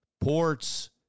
ports